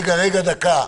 רגע, דקה.